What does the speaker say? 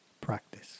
practice